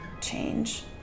change